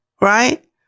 Right